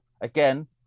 Again